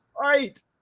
Right